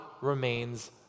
remains